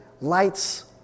lights